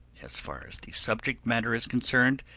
as far as the subject matter is concerned,